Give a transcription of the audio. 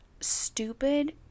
stupid